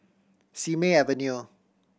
Simei Avenue